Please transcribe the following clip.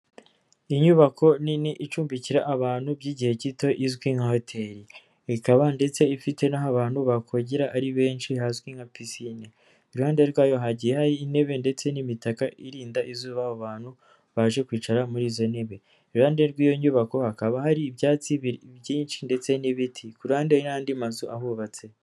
Inyubako nini icumbikira abantu by'igihe gito izwi nka hotel, ikaba ndetse ifite n'aho abantu bakogera ari benshi hazwi nka pisine, iruhande rwayo hagiye hari intebe ndetse n'imitaka, irinda izuba bantu baje kwicara muri izo ntebe, iruhande rw'iyo nyubako hakaba hari ibyatsi byinshi ndetse n'ibiti, kuhande hari n'andi mazu ahubatse.